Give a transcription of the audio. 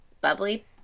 bubbly